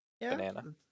Banana